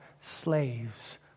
slaves